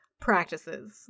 practices